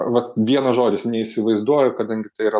vat vienas žodis neįsivaizduoju kadangi tai yra